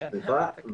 סליחה.